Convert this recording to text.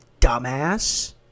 dumbass